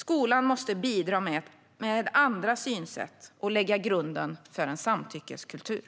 Skolan måste bidra med andra synsätt och lägga grunden för en samtyckeskultur.